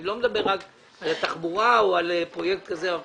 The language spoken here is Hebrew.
אני לא מדבר רק על התחבורה או על פרויקט כזה או אחר,